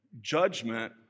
judgment